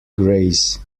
graze